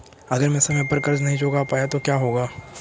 अगर मैं समय पर कर्ज़ नहीं चुका पाया तो क्या होगा?